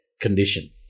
condition